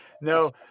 no